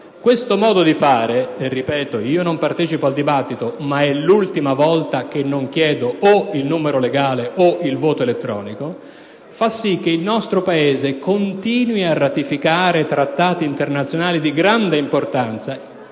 Questo modo di fare - ripeto, io non partecipo al dibattito, ma è l'ultima volta che non chiedo o il numero legale o il voto elettronico - fa sì che il nostro Paese continui a ratificare Trattati internazionali di grande importanza,